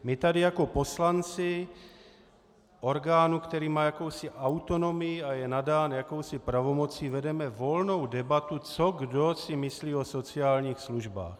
My tady jako poslanci orgánu, který má jakousi autonomii a je nadán jakousi pravomocí, vedeme volnou debatu, co kdo si myslí o sociálních službách.